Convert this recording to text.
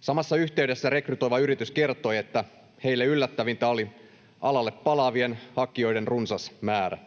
Samassa yhteydessä rekrytoiva yritys kertoi, että heille yllättävintä oli alalle palaavien hakijoiden runsas määrä.